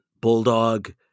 Bulldog